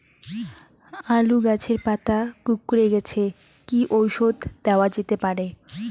আলু গাছের পাতা কুকরে গেছে কি ঔষধ দেওয়া যেতে পারে?